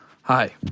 Hi